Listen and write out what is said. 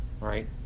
right